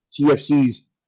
TFC's